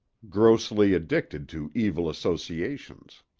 grossly addicted to evil associations.